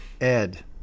Ed